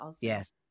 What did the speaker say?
Yes